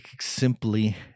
simply